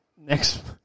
next